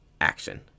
action